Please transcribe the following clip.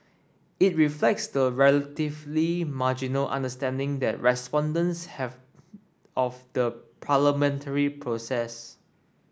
it reflects the relatively marginal understanding that respondents have of the parliamentary process